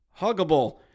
huggable